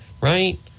Right